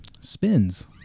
Spins